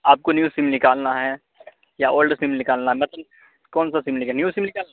آپ کو new sim نکالنا ہے یا اولڈ سم نکالنا ہے مثلاً کونسا سم لیجیے گا نیو سم نکالنا ہے